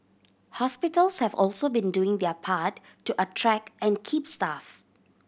hospitals have also been doing their part to attract and keep staff